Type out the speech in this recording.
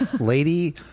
Lady